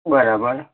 બરાબર